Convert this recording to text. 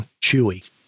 Chewy